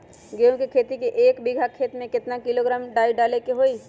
गेहूं के खेती में एक बीघा खेत में केतना किलोग्राम डाई डाले के होई?